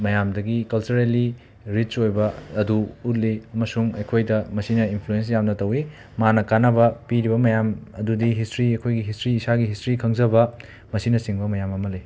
ꯃꯌꯥꯝꯗꯒꯤ ꯀꯜꯆꯔꯦꯜꯂꯤ ꯔꯤꯆ ꯑꯣꯏꯕ ꯑꯗꯨ ꯎꯠꯂꯤ ꯑꯃꯁꯨꯡ ꯑꯩꯈꯣꯏꯗ ꯃꯁꯤꯅ ꯏꯟꯐ꯭ꯂꯨꯌꯦꯟꯁ ꯌꯥꯝꯅ ꯇꯧꯏ ꯃꯥꯅ ꯀꯥꯟꯅꯕ ꯄꯤꯔꯤꯕ ꯃꯌꯥꯝ ꯃꯗꯨꯗꯤ ꯍꯤꯁꯇ꯭ꯔꯤ ꯑꯩꯈꯣꯏꯒꯤ ꯍꯤꯁꯇ꯭ꯔꯤ ꯏꯁꯥꯒꯤ ꯍꯤꯁꯇ꯭ꯔꯤ ꯈꯪꯖꯕ ꯑꯁꯤꯅꯆꯤꯡꯕ ꯃꯌꯥꯝ ꯑꯃ ꯂꯩ